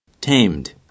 Tamed